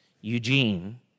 Eugene